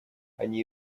они